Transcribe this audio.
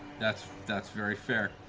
that's that's very fair.